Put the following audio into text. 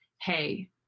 hey